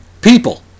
people